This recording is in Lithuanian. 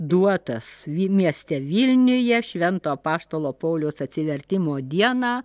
duotas vi mieste vilniuje švento apaštalo pauliaus atsivertimo dieną